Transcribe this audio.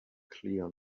clear